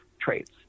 traits